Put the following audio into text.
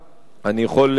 אני יכול להתווכח,